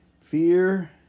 fear